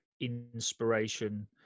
inspiration